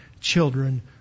children